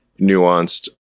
nuanced